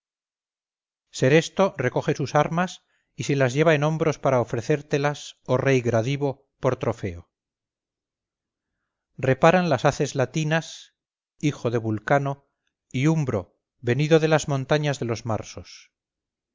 muerte seresto recoge sus armas y se las lleva en hombros para ofrecértelas oh rey gradivo por trofeo reparan las haces latinas hijo de vulcano y umbro venido de las montañas de los marsos